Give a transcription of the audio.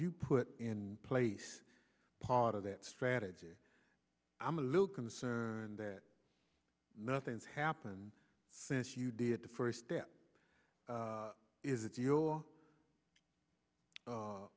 you put in place part of that strategy i'm a little concerned that nothing's happened since you did the first step is that your